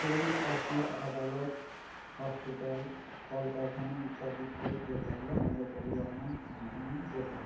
school office আদালত hospital কলকারখানা ইত্যাদিতে যেতে হলে আমাদের পরিবহণের মাধ্যমেই যেতে হয়